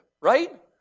right